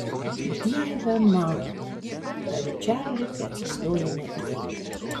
dieve mano tariu čarliui kai atsistojame į eilę